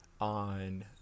on